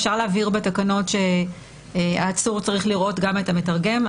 אפשר להבהיר בתקנות שהעצור צריך לראות גם את המתרגם.